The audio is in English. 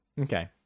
Okay